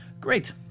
great